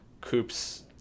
Coop's